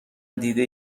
دیده